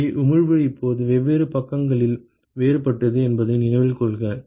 எனவே உமிழ்வு இப்போது வெவ்வேறு பக்கங்களில் வேறுபட்டது என்பதை நினைவில் கொள்க